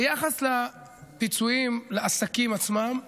ביחס לפיצויים, לעסקים עצמם,